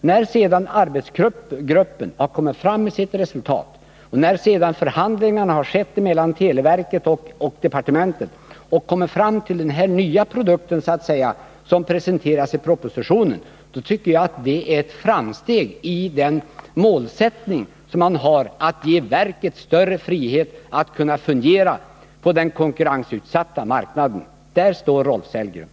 När sedan arbetsgruppen redovisade sitt resultat och när förhandlingarna hade skett mellan televerket och departementet och man kommit fram till den nya produkten, som presenterades i propositionen, så tyckte jag att det var ett framsteg då det gäller den målsättning man har att ge verket större frihet att fungera på den konkurrensutsatta marknaden. — Där står Rolf Sellgren.